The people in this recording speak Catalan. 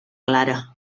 clara